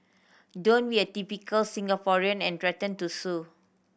don't be a typical Singaporean and threaten to sue